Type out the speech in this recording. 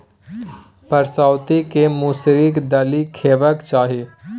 परसौती केँ मसुरीक दालि खेबाक चाही